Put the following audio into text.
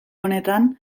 honetan